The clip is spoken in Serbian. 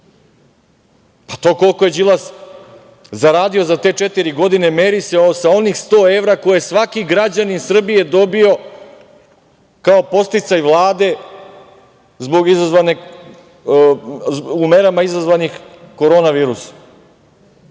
To koliko je Đilas zaradio za te četiri godine meri se sa onih 100 evra koji je svaki građanin Srbije dobio kao podsticaj Vlade u merama izazvanih korona